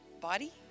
body